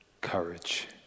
courage